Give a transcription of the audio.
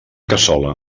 cassola